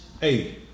Hey